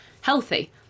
healthy